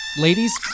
ladies